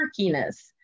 quirkiness